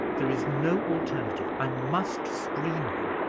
there is no alternative. i must screen him.